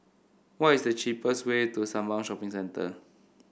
what is the cheapest way to Sembawang Shopping Centre